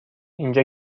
اینجا